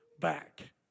back